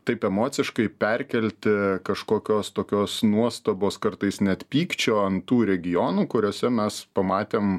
taip emociškai perkelti kažkokios tokios nuostabos kartais net pykčio ant tų regionų kuriuose mes pamatėm